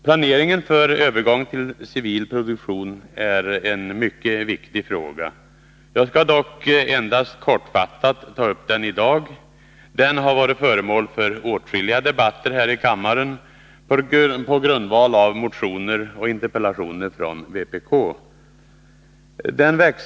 Planeringen för övergång till civil produktion är en mycket viktig fråga. Jag skall dock endast kortfattat ta upp den i dag. Den har varit föremål för åtskilliga debatter här i kammaren på grundval av motioner och interpellationen från vpk.